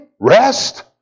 Rest